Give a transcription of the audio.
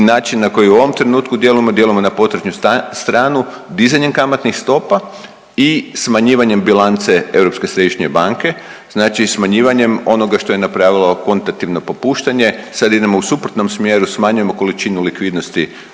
način na koji u ovom trenutku djelujemo, djelujemo na potrošnu stranu dizanjem kamatnih stopa i smanjivanjem bilance Europske središnje banke, znači smanjivanjem onoga što je napravilo konotativno popuštanje. Sad idemo u suprotnom smjeru, smanjujemo količinu likvidnosti